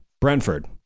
Brentford